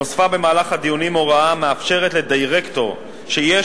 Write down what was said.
נוספה במהלך הדיונים הוראה המאפשרת לדירקטור שיש